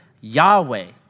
Yahweh